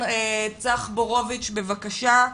צח בורוביץ', בבקשה.